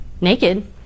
naked